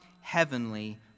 heavenly